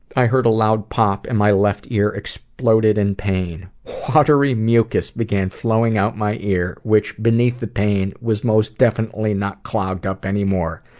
i heard a loud pop, and my left ear exploded in pain. watery mucous began flowing from my ear, which beneath the pain, was most definitely not clogged up anymore.